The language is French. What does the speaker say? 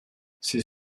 ses